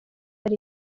hari